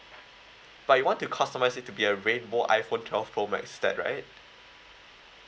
but you want to customise it to be a rainbow iphone twelve pro max is that right